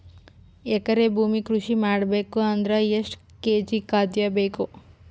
ಎಕರೆ ಭೂಮಿ ಕೃಷಿ ಮಾಡಬೇಕು ಅಂದ್ರ ಎಷ್ಟ ಕೇಜಿ ಖಾದ್ಯ ಬೇಕು?